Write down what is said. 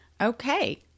okay